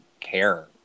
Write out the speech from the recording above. care